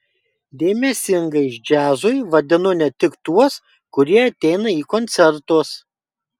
dėmesingais džiazui vadinu ne tik tuos kurie ateina į koncertus